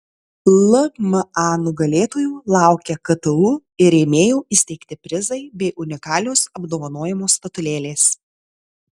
lma nugalėtojų laukia ktu ir rėmėjų įsteigti prizai bei unikalios apdovanojimų statulėlės